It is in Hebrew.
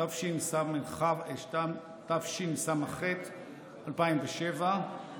התשס"ח 2007,